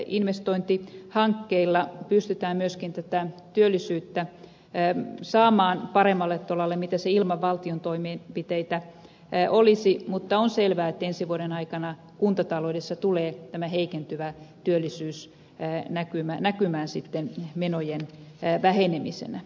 erilaisilla investointihankkeilla pystytään myöskin työllisyyttä saamaan paremmalle tolalle mitä se ilman valtion toimenpiteitä olisi mutta on selvää että ensi vuoden aikana kuntataloudessa tulee heikentyvä työllisyys näkymään sitten tulojen vähenemisenä